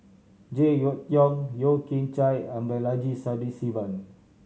Jek Yeun Thong Yeo Kian Chai and Balaji Sadasivan